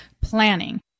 planning